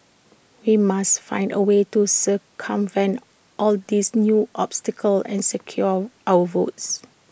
we must find A way to circumvent all these new obstacles and secure our votes